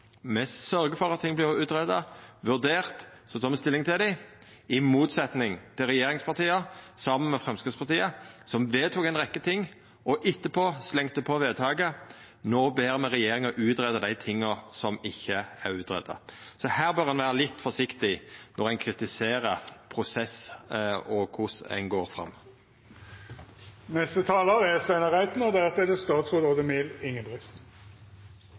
Me sørgjer for at ting vert greidde ut, vurderte, og så tek me stilling til dei, i motsetning til regjeringspartia saman med Framstegspartiet, som vedtok ei rekkje ting og etterpå slengde på vedtaket: No ber me regjeringa greia ut dei tinga som ikkje er greidde ut. Så her bør ein vera litt forsiktig når ein kritiserer prosess, og korleis ein går fram. Jeg har registrert at Senterpartiet, SV og Arbeiderpartiet stemmer imot forslaget fra Rødt, og det